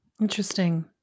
Interesting